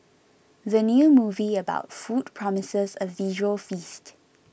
the new movie about food promises a visual feast